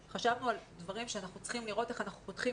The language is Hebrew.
חשבנו על דברים שאנחנו צריכים לראות איך אנחנו פותחים.